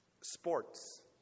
sports